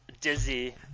dizzy